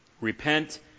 Repent